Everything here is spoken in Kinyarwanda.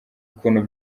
ukuntu